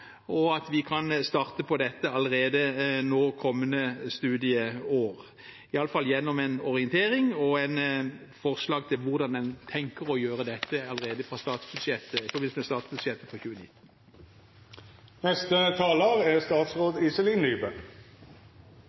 og at vi kan starte på dette allerede kommende studieår, i alle fall gjennom en orientering og et forslag til hvordan en tenker å gjøre dette, allerede i forbindelse med statsbudsjettet for